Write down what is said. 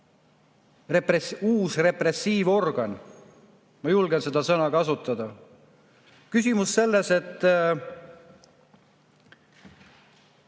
uus repressiivorgan – ma julgen seda sõna kasutada. Küsimus on selles, et